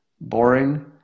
boring